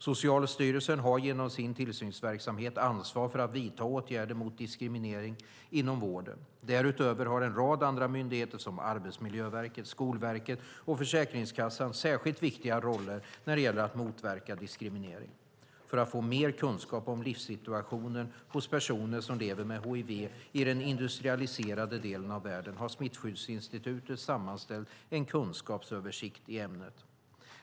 Socialstyrelsen har genom sin tillsynsverksamhet ansvar för att vidta åtgärder mot diskriminering inom vården. Därutöver har en rad andra myndigheter som Arbetsmiljöverket, Skolverket och Försäkringskassan särskilt viktiga roller när det gäller att motverka diskriminering. För att få mer kunskap om livssituationen hos personer som lever med hiv i den industrialiserade delen av världen har Smittskyddsinstitutet sammanställt en kunskapsöversikt i ämnet.